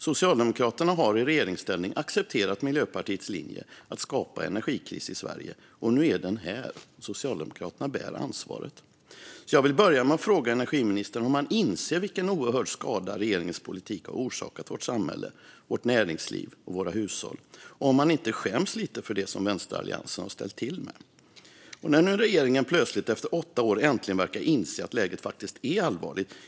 Socialdemokraterna har i regeringsställning accepterat Miljöpartiets linje att skapa energikris i Sverige, och nu är den här. Socialdemokraterna bär ansvaret. Jag vill börja med att fråga energiministern om han inser vilken oerhörd skada regeringens politik har orsakat vårt samhälle, vårt näringsliv och våra hushåll och om han inte skäms lite för det som vänsteralliansen har ställt till med. Nu verkar regeringen plötsligt efter åtta år äntligen inse att läget faktiskt är allvarligt.